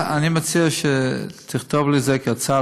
אני מציע שתכתוב לי את זה כהצעה.